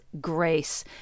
grace